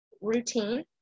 routine